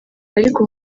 ariko